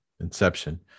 inception